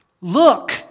look